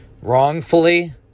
Wrongfully